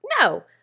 No